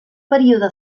període